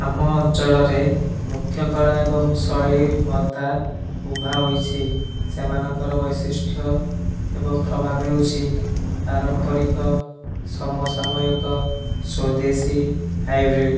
ଆମ ଅଞ୍ଚଳରେ ମୁଖ୍ୟ କଳା ଏବଂ ଶୈଳୀ ଭତ୍ତା ଉଭା ହୋଇଛି ସେମାନଙ୍କର ବୈଶିଷ୍ଟ୍ୟ ଏବଂ ପ୍ରଭାବ ହେଉଛି ପାରମ୍ପରିକ ସମସାମୟିକ ସ୍ଵେଦେଶୀ ହାଇବ୍ରିଡ଼